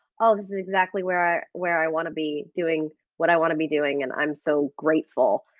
oh this is exactly where i where i wanna be, doing what i wanna be doing, and i'm so grateful.